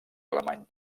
alemany